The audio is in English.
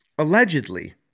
Allegedly